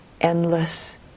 endless